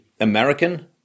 American